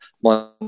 one